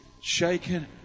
shaken